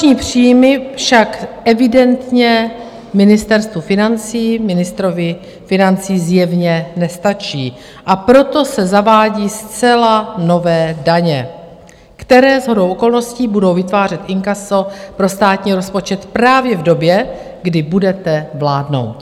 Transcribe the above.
Inflační příjmy však evidentně Ministerstvu financí, ministrovi financí zjevně nestačí, a proto se zavádějí zcela nové daně, které shodou okolností budou vytvářet inkaso pro státní rozpočet právě v době, kdy budete vládnout.